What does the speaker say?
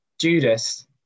Judas